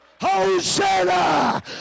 Hosanna